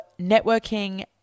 networking